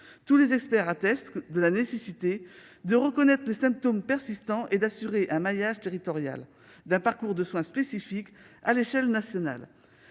Tous les experts attestent de la nécessité de reconnaître les symptômes persistants et d'assurer le maillage territorial d'un parcours de soins spécifique à l'échelle nationale.